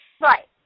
Right